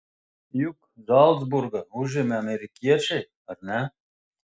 juk zalcburgą užėmė amerikiečiai ar ne